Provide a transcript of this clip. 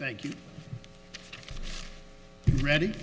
thank you ready